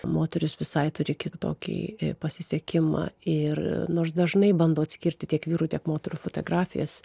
moterys visai turi kitokį pasisekimą ir nors dažnai bando atskirti tiek vyrų tiek moterų fotografijas